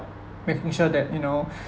make sure that you know